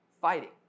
fighting